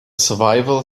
survival